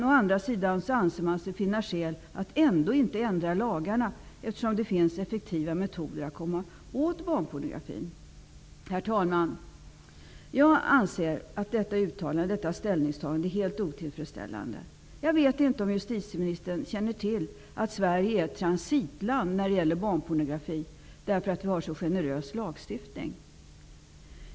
Å andra sidan anser man sig finna skäl att ändå inte ändra lagarna, eftersom det finns effektiva metoder för att komma år barnpornografin. Herr talman! Jag anser att detta uttalande och ställningstagande är helt otillfredsställande. Jag vet inte om justitieministern känner till att Sverige är ett transitland för barnpornografi, därför att vi har så generös lagstiftning.